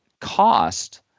cost